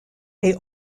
est